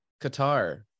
Qatar